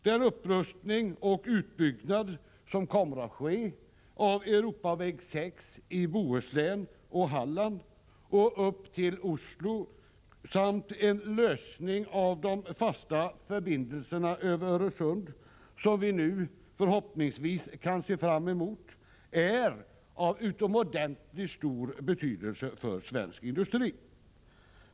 Den upprustning och utbyggnad som kommer att ske av Europaväg 6 i Bohuslän och Halland och upp till Oslo samt den lösning av de fasta förbindelserna över Öresund som vi nu förhoppningsvis kan se fram emot, är av utomordentligt stor betydelse för svensk industri.